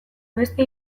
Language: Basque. beste